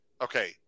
Okay